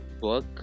Book